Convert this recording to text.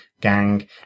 gang